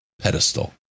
pedestal